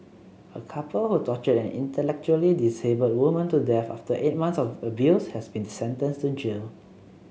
a couple who tortured an intellectually disabled woman to death after eight months of abuse has been sentenced to jail